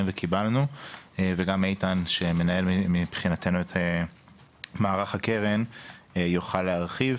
וקיבלנו וגם איתן שמנהל את מערך הקרן יוכל להרחיב.